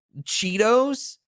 Cheetos